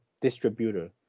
distributor